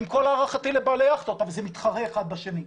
עם כל הערכתי לבעלי היכטות אבל זה מתחרה אחד בשני.